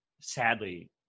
sadly